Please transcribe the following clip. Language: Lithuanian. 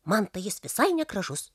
man tai jis visai negražus